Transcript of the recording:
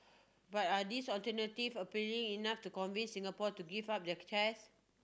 but are these alternatives appealing enough to convince Singapore to give up their cars